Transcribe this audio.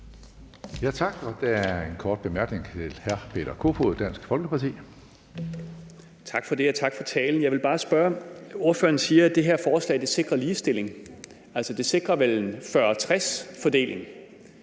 Tak. Der er en kort bemærkning til hr. Peter Kofod, Dansk Folkeparti. Kl. 14:51 Peter Kofod (DF): Tak for det. Og tak for talen. Jeg vil bare spørge om noget. Ordføreren siger, at det her forslag sikrer ligestilling. Altså, det sikrer vel en 40-60-fordeling.